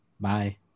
Bye